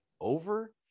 over